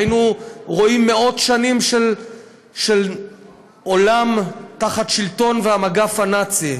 היינו רואים מאות שנים של עולם תחת השלטון והמגף הנאצי.